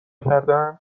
کردهاند